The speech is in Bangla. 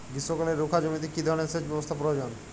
গ্রীষ্মকালে রুখা জমিতে কি ধরনের সেচ ব্যবস্থা প্রয়োজন?